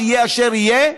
יהיה אשר יהיה,